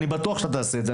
אני בטוח שאתה תעשה את זה.